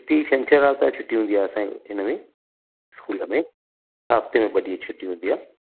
छुटी छंछरु आर्तवारु छुटी हूंदी आहे असांजे हिन में स्कूल में हा हफ़्ते में ॿ ॾींहं छुटी हूंदी आहे